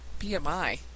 BMI